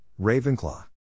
Ravenclaw